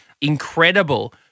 incredible